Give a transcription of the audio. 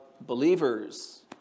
believers